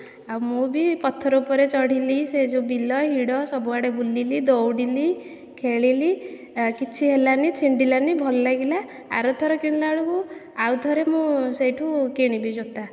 ଆଉ ମୁଁ ବି ପଥର ଉପରେ ଚଢିଲି ସେ ଯେଉଁ ବିଲ ହିଡ଼ ସବୁଆଡ଼େ ବୁଲିଲି ଦୌଡ଼ିଲି ଖେଳିଲି କିଛି ହେଲାନି ଛିଣ୍ଡିଲାନି ଭଲ ଲାଗିଲା ଆରଥର କିଣିଲାବେଳକୁ ଆଉଥରେ ମୁଁ ସେଇଠୁ କିଣିବି ଜୋତା